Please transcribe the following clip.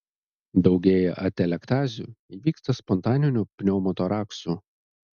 daugėja atelektazių įvyksta spontaninių pneumotoraksų